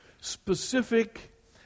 specific